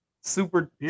Super